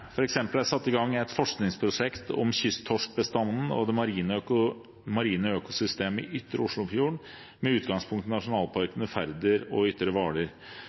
er f.eks. satt i gang et forskningsprosjekt om kysttorskbestanden og det marine økosystemet i Ytre Oslofjord, med utgangspunkt i nasjonalparkene Færder og Ytre